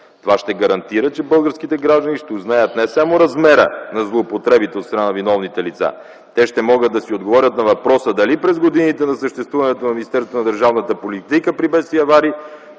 Това ще гарантира, че българските граждани ще узнаят не само размера на злоупотребите от страна на виновните лица. Те ще могат да си отговорят на въпроса дали през годините на съществуването на Министерството на